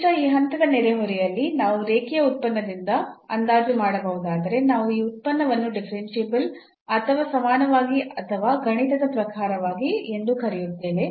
ಕನಿಷ್ಠ ಈ ಹಂತದ ನೆರೆಹೊರೆಯಲ್ಲಿ ನಾವು ರೇಖೀಯ ಉತ್ಪನ್ನದಿಂದ ಅಂದಾಜು ಮಾಡಬಹುದಾದರೆ ನಾವು ಈ ಉತ್ಪನ್ನವನ್ನು ಡಿಫರೆನ್ಸಿಬಲ್ ಅಥವಾ ಸಮಾನವಾಗಿ ಅಥವಾ ಗಣಿತದ ಪ್ರಕಾರವಾಗಿ ಎಂದು ಕರೆಯುತ್ತೇವೆ